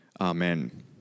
Amen